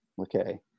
Okay